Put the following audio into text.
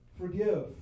Forgive